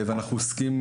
אנחנו עוסקים